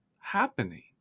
happening